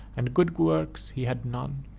and good works he had none,